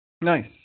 nice